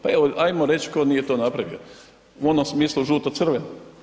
Pa evo ajmo reći tko nije to napravio u onom smislu žuto, crveno.